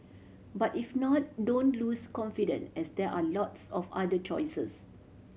but if not don't lose confident as there are lots of other choices